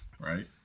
Right